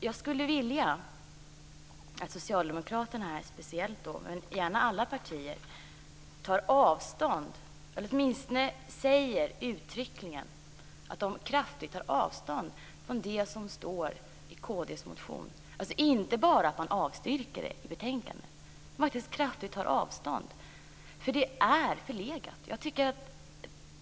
Jag skulle speciellt vilja att Socialdemokraterna - gärna alla partier - åtminstone uttryckligen säger att de kraftfullt tar avstånd från det som står i kd:s motion. Man skall inte bara avstyrka motionen i betänkandet utan faktiskt kraftfullt ta avstånd från den. Det som skrivs där är förlegat.